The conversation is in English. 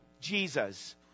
Jesus